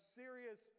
serious